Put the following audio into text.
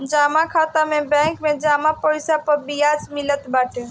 जमा खाता में बैंक में जमा पईसा पअ बियाज मिलत बाटे